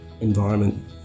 environment